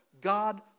God